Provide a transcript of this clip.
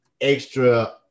extra